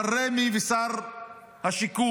אבל רמ"י ושר השיכון,